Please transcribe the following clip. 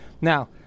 now